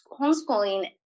homeschooling